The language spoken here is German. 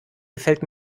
gefällt